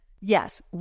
Yes